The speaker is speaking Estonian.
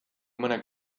mõne